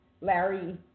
Larry